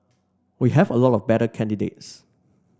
we have a lot of better candidates